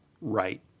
right